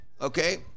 Okay